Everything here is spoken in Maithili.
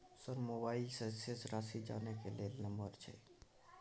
सर मोबाइल से शेस राशि जानय ल कोन नंबर छै?